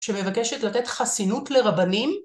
שמבקשת לתת חסינות לרבנים.